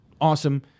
Awesome